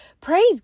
Praise